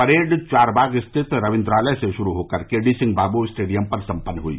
parade Charbagh स्थित रविंद्रालय से श्रू होकर K D Singh Babu stadium पर संपन्न हई